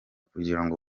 kugirango